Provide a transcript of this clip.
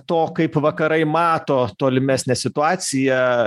to kaip vakarai mato tolimesnę situaciją